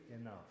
enough